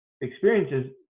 experiences